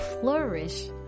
flourish